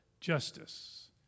justice